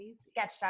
sketched